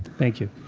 thank you.